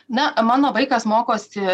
na mano vaikas mokosi